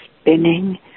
spinning